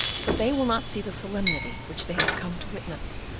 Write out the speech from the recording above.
for they will not see the solemnity which they have come to witness,